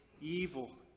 evil